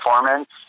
performance